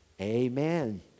Amen